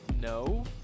no